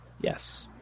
Yes